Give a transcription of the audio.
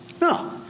No